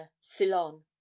Ceylon